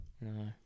No